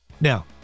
now